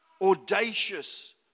audacious